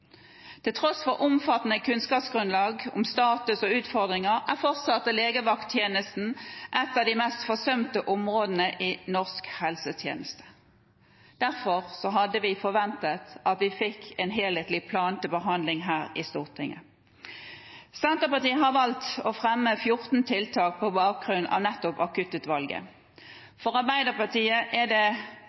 Til tross for omfattende kunnskapsgrunnlag om status og utfordringer er fortsatt legevakttjenesten et av de mest forsømte områdene i norsk helsetjeneste. Derfor hadde vi forventet at vi fikk en helhetlig plan til behandling her i Stortinget. Senterpartiet har valgt å fremme 14 tiltak på bakgrunn av nettopp Akuttutvalgets rapport. For Arbeiderpartiet er det